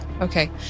Okay